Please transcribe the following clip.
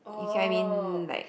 you get what I mean like